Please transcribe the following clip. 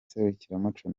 serukiramuco